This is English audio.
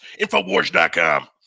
Infowars.com